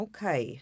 Okay